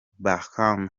bahame